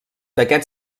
d’aquest